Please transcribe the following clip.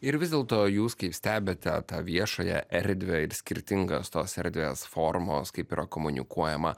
ir vis dėlto jūs kai stebite tą viešąją erdvę ir skirtingas tos erdvės formos kaip yra komunikuojama